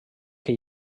que